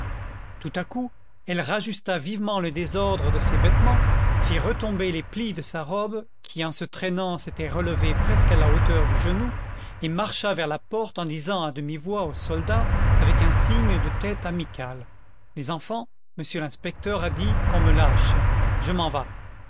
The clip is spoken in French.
tout à coup elle rajusta vivement le désordre de ses vêtements fit retomber les plis de sa robe qui en se traînant s'était relevée presque à la hauteur du genou et marcha vers la porte en disant à demi-voix aux soldats avec un signe de tête amical les enfants monsieur l'inspecteur a dit qu'on me lâche je m'en vas